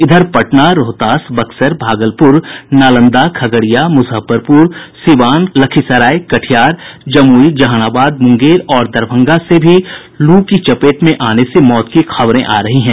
इधर पटना रोहतास बक्सर भागलपुर नालंदा खगड़िया मुजफ्फरपुर सीवान लखीसराय कटिहार जमुई जहानाबाद मुंगेर और दरभंगा से भी लू की चपेट में आने से मौत की खबरें आ रही हैं